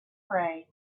pray